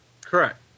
Correct